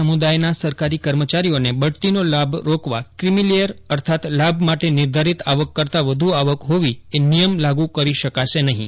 સમુદાયના સરકારી કર્મચારીઓને બઢતીનો લાભ રોકવા ક્રિમીલેયર અર્થાત્ લાભ માટે નિર્ધારીત આવક કરતાં વધુ આવક હોવી એ નિયમ લાગુ કરી શકાશે નહિ